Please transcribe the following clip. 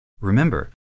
Remember